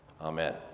Amen